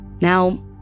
Now